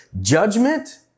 judgment